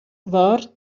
war